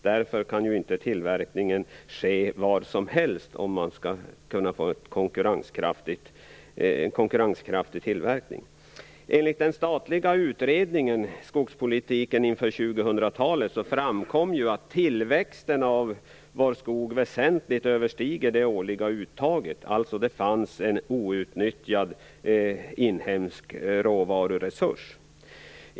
Tillverkningen kan därför inte ske var som helst, om den skall bli konkurrenskraftig. Enligt den statliga utredningen, Skogspolitiken inför 2000-talet, framkom att tillväxten i vår skog väsentligt överstiger det årliga uttaget. Det finns alltså en outnyttjad inhemsk råvaruresurs.